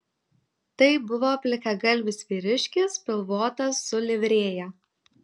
tai buvo plikagalvis vyriškis pilvotas su livrėja